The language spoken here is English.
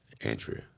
Andrea